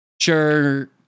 sure